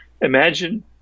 Imagine